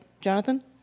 Jonathan